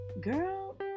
girl